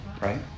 Right